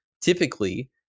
typically